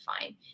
fine